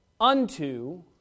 unto